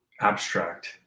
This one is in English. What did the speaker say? abstract